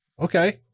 Okay